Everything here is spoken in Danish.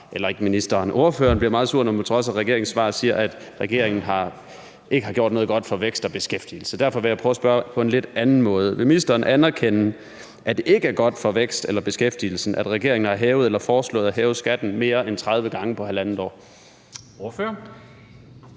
jeg kan forstå, at ordføreren bliver meget sur, når man på trods af regeringens svar siger, at regeringen ikke har gjort noget godt for vækst og beskæftigelse. Så derfor vil jeg prøve at spørge på en lidt anden måde. Vil ordføreren anerkende, at det ikke er godt for væksten eller beskæftigelsen, at regeringen har hævet eller foreslået at hæve skatten mere end 30 gange på halvandet år? Kl.